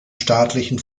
staatlichen